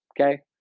okay